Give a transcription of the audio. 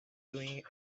doing